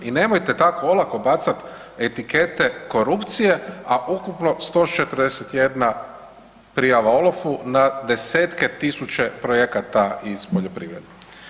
I nemojte tako olako bacat etikete korupcije, a ukupno 141 prijava OLAF-u na desetke tisuće projekata iz poljoprivrede.